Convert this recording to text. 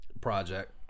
project